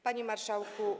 Panie Marszałku!